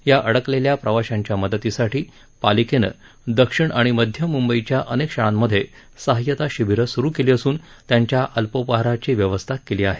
या अडकलेल्या प्रवाशांच्या मदतीसाठी पालिकेनं दक्षिण आणि मध्य मुंबईच्या अनेक शाळांमधे सहाय्यता शिबीरं सूरु केली असून त्यांच्या अल्पोपहाराची व्यवस्था केली आहे